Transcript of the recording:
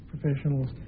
professionals